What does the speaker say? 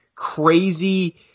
crazy